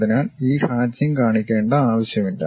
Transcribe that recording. അതിനാൽ ഈ ഹാചിങ് കാണിക്കേണ്ട ആവശ്യമില്ല